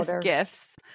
gifts